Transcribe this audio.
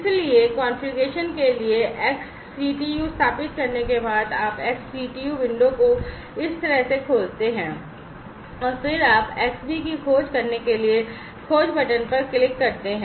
इसलिए कॉन्फ़िगरेशन के लिए XCTU स्थापित करने के बाद आप XCTU विंडो को इस तरह से खोलते हैं और फिर आप Xbee की खोज करने के लिए खोज बटन पर क्लिक करते हैं